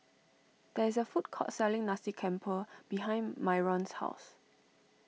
there is a food court selling Nasi Campur behind Myron's house